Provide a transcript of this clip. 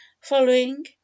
following